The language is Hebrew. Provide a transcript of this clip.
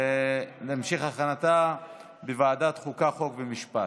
המשך הכנתה הוא בוועדת החוקה, חוק ומשפט.